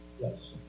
Yes